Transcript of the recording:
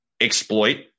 exploit